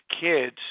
kids